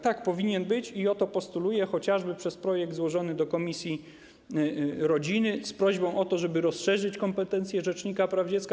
Tak, powinien być i o to postuluję, chociażby przez projekt złożony do komisji rodziny z prośbą o to, żeby rozszerzyć kompetencje rzecznika praw dziecka.